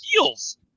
heels